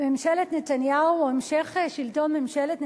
ממשלת נתניהו, המשך שלטון ממשלת נתניהו,